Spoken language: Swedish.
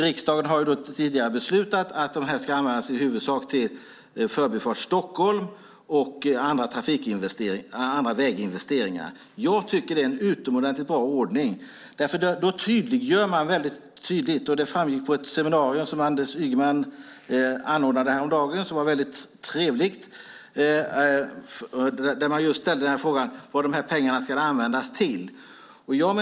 Riksdagen har tidigare beslutat att de pengarna i huvudsak ska användas till Förbifart Stockholm och andra väginvesteringar. Det är en utomordentligt bra ordning. Det blir då väldigt tydligt. Det framgick på ett seminarium som Anders Ygeman anordnade häromdagen där man just ställde frågan vad de ska användas till.